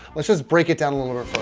let's just break it down a little